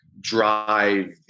drive